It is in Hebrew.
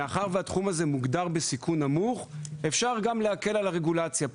מאחר והוא מוגדר כך אפשר להקל על הרגולציה פה,